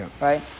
right